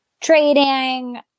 trading